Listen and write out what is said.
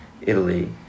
Italy